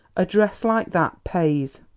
a dress like that pays!